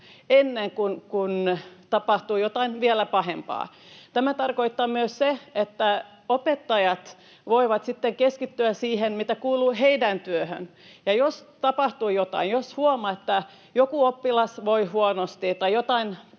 ennen kuin tapahtuu jotain vielä pahempaa. Tämä tarkoittaa myös sitä, että opettajat voivat sitten keskittyä siihen, mitä kuuluu heidän työhönsä. Ja jos tapahtuu jotain, jos huomaa, että joku oppilas voi huonosti tai jotain